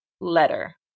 letter